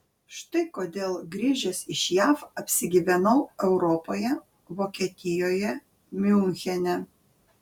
štai kodėl grįžęs iš jav apsigyvenau europoje vokietijoje miunchene